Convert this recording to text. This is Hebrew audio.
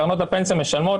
קרנות הפנסיה משלמות,